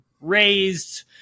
raised